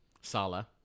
Sala